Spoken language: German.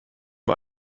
wir